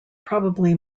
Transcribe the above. probably